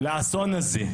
לאסון הזה.